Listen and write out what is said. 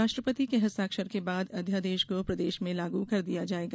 राष्ट्रपति के हस्ताक्षर के बाद अध्यादेश को प्रदेश में लागू कर दिया जायेगा